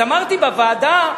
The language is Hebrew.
אז אמרתי בוועדה,